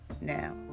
now